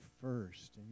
first